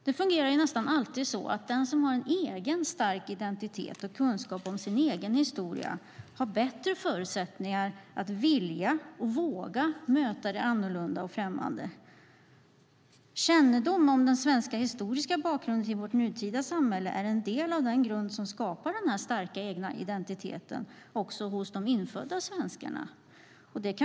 Det fungerar nästan alltid så att den som har en egen stark identitet och kunskap om sin egen historia har bättre förutsättningar att vilja och våga möta det annorlunda och främmande. Kännedom om den svenska historiska bakgrunden till vårt nutida samhälle är en del av den grund som skapar denna starka egna identitet också hos de infödda svenskarna.